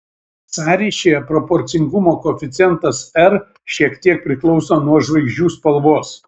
sąryšyje proporcingumo koeficientas r šiek tiek priklauso nuo žvaigždžių spalvos